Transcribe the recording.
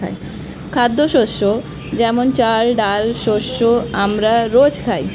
খাদ্যশস্য যেমন চাল, ডাল শস্য আমরা রোজ খাই